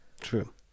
True